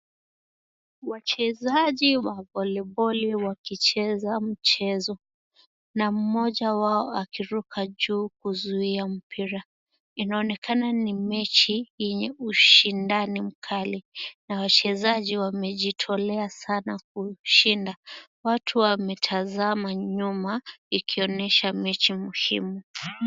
Wachezaji wa viliboli wakicheza mchezo na mmoja wao akiruka juu kuzuia mpira inaonekana ni mechi yenye ushindani mkali na wachezaji wamejitolea sana kushinda watu wametazama nyuma ikionesha mechi muhimu.